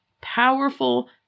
powerful